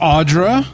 Audra